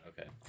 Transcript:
Okay